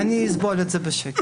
אני אסבול את זה בשקט.